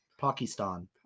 Pakistan